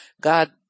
God